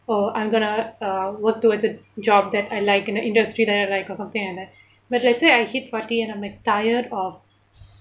oh I'm going to uh work towards the job that I like in an industry there I like or something like that but I say I hit forty and I'm like tired of